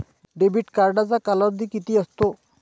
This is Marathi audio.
डेबिट कार्डचा कालावधी किती असतो?